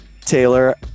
Taylor